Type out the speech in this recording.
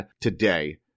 today